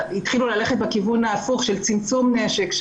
והתחילו ללכת בכיוון ההפוך של צמצום נשק,